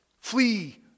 Flee